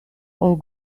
all